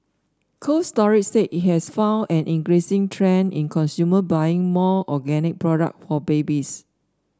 Cold Storage said it has found an increasing trend in consumers buying more organic products for babies